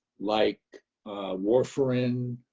like warfarin,